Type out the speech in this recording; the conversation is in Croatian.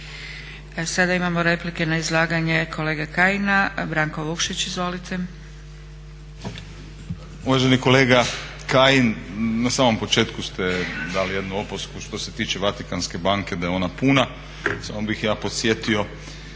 Sada imamo replike na izlaganje kolege Kajina. Branko Vukšić, izvolite. **Vukšić, Branko (Nezavisni)** Uvaženi kolega Kajin, na samom početku ste dali jednu opasku što se tiče Vatikanske banke da je ona puna. Samo bih ja podsjetio